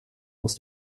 aus